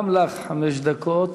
גם לך חמש דקות.